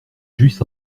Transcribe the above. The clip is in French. juste